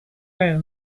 rail